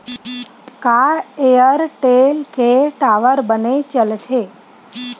का एयरटेल के टावर बने चलथे?